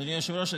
אדוני היושב-ראש,